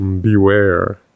beware